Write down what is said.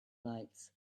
lights